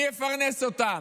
מי יפרנס אותם?